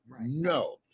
No